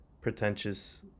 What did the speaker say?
pretentious